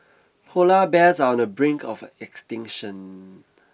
polar bears are on the brink of extinction